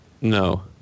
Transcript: No